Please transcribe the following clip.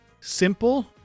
simple